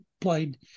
played